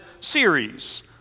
series